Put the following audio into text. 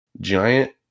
giant